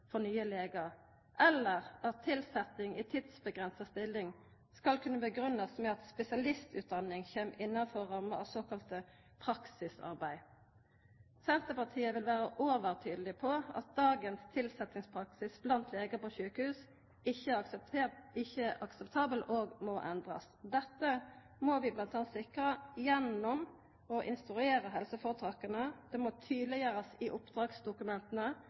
for nye legar, eller at tilsetjing i tidsavgrensa stilling skal kunna grunngjevast med at spesialistutdanning kjem innanfor ramma av såkalla praksisarbeid. Senterpartiet vil vera overtydeleg på at dagens tilsetjingspraksis blant legar på sjukehus ikkje er akseptabel og må endrast. Dette må vi m.a. sikra gjennom å instruera helseføretaka, det må tydeleggjerast i